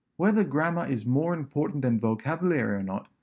whether grammar is more important than vocabulary or not,